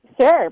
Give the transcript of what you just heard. Sure